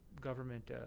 government